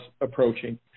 approaching